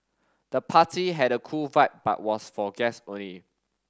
the party had a cool vibe but was for guests only